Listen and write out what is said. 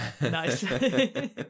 Nice